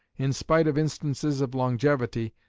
in spite of instances of longevity,